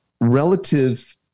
relative